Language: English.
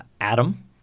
Adam